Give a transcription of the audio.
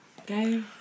Okay